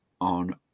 on